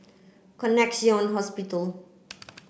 Connexion Hospital